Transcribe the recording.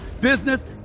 business